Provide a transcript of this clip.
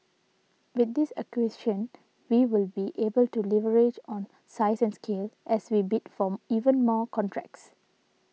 with this acquisition we will be able to leverage on size and scale as we bid for even more contracts